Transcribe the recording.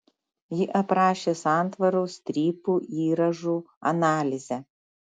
ji aprašė santvarų strypų įrąžų analizę